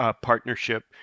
partnership